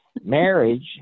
marriage